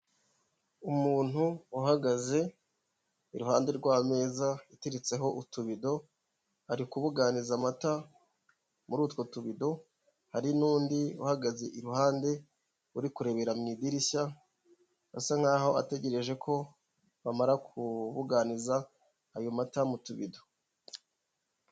Umuntu uhagaze iruhande rw'ameza ateritseho utubido, ari kubuganiza amata muri utwo tubido, hari n'undi uhagaze iruhande uri kurebera mu idirishya, asa nk'aho ategereje ko bamara kubuganiza ayo mata mu tubido.